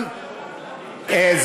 אתה לא הבנתי אותי.